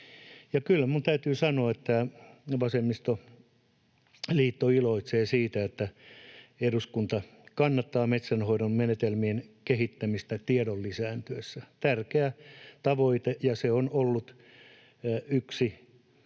kyllä minun täytyy sanoa, että vasemmistoliitto iloitsee siitä, että eduskunta kannattaa metsänhoidon menetelmien kehittämistä tiedon lisääntyessä. Tärkeä tavoite, ja se on ollut yksi, mikä